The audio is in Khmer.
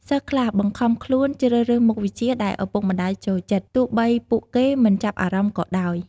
សិស្សខ្លះបង្ខំខ្លួនជ្រើសរើសមុខវិជ្ជាដែលឪពុកម្ដាយចូលចិត្ត ទោះបីពួកគេមិនចាប់អារម្មណ៍ក៏ដោយ។